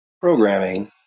programming